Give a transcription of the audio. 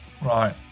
Right